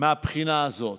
מהבחינה הזאת.